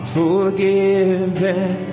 forgiven